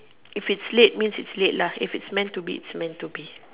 if it's late means it's late if it's meant to be it's meant to be